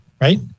right